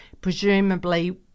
presumably